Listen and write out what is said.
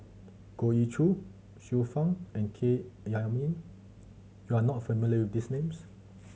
Goh Ee Choo Xiu Fang and K Jayamani you are not familiar with these names